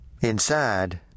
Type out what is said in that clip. Inside